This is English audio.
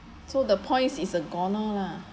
so the points is a gonna lah